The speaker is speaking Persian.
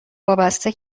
وابسته